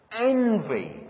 envy